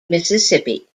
mississippi